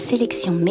Sélection